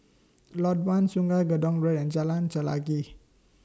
Lot one Sungei Gedong Road and Jalan Chelagi